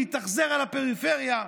מתאכזר לפריפריה,